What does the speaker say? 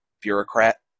bureaucrat